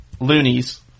loonies